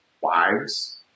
wives